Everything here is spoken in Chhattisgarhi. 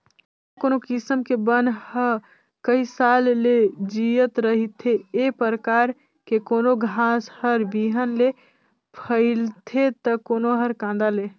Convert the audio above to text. कोनो कोनो किसम के बन ह कइ साल ले जियत रहिथे, ए परकार के कोनो घास हर बिहन ले फइलथे त कोनो हर कांदा ले